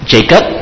Jacob